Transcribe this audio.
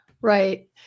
Right